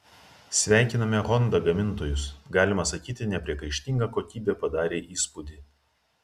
sveikiname honda gamintojus galima sakyti nepriekaištinga kokybė padarė įspūdį